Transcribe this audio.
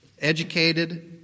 educated